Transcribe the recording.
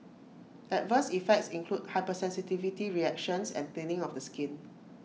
adverse effects include hypersensitivity reactions and thinning of the skin